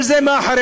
כל זה מאחורינו.